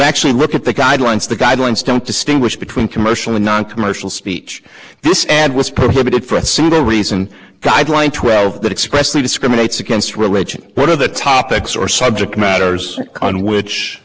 actually look at the guidelines the guidelines don't distinguish between commercial and noncommercial speech this ad was prohibited for a simple reason guideline twelve that expressly discriminates against religion what are the topics or subject matters on which